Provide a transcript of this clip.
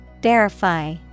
Verify